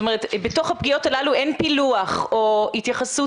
בתוך הפגיעות הללו אין פילוח או התייחסות